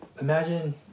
Imagine